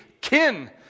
kin